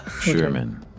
Sherman